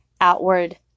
outward